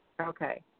Okay